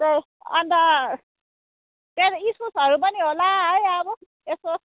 अन्त त्यही त इस्कुसहरू पनि होला है अब यसो